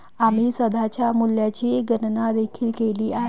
आम्ही सध्याच्या मूल्याची गणना देखील केली आहे